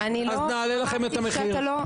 אז נעלה לכם את המחיר.